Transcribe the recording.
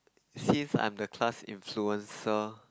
since I'm the class influencer